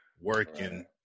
working